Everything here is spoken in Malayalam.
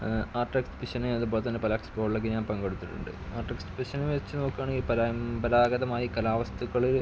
ആർട്ട് എക്ബിഷന് അതുപോലെത്തന്നെ പല എക്സ്പോയിലൊക്കെ ഞാൻ പങ്കെടുത്തിട്ടുണ്ട് ആർട്ട് എക്ബിഷന് വെച്ചു നോക്കുകയാണെങ്കിൽ പരമ്പരാഗതമായി കലാ വസ്തുക്കൾ